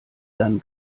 dann